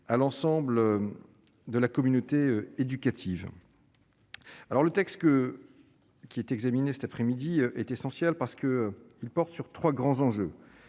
à l'ensemble de la communauté éducative, alors le texte que qui est examiné cet après-midi est essentiel parce que, il porte sur 3 grands enjeux,